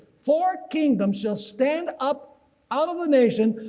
four kingdoms shall stand up out of the nation,